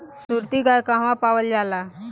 सुरती गाय कहवा पावल जाला?